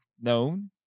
known